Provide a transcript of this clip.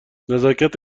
نزاکت